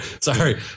Sorry